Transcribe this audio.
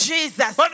Jesus